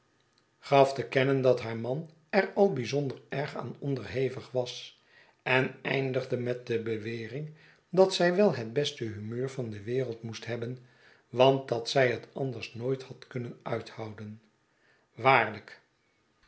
gaf te kennen dat haar man er al bijzonder erg aan onderhevig was en eindigde met de bewering dat zij wel het beste humeur van de wereld moest hebben want dat zij het anders nooit had kunnen uithouden waarlyk